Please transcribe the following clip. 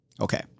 Okay